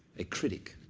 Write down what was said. a critic.